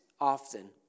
often